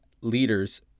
leaders